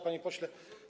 Panie Pośle!